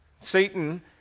Satan